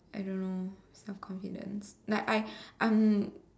I don't know self confidence like I I'm